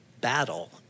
battle